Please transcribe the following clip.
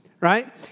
right